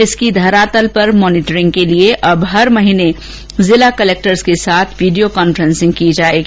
इसकी धरातल पर मॉनीटरिंग के लिए अब हर महीने जिला कलेक्टर्स के साथ वीडियो कॉन्फ्रेसिंग होगी